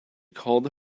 called